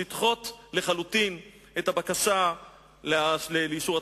לדחות לחלוטין את הבקשה לאישור התקציב.